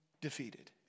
defeated